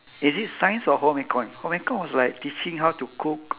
is it science or home econ home econ was like teaching how to cook